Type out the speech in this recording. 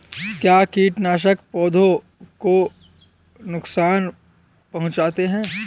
क्या कीटनाशक पौधों को नुकसान पहुँचाते हैं?